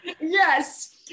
Yes